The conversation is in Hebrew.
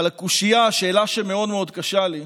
אבל הקושיה, השאלה שמאוד מאוד קשה לי,